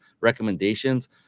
recommendations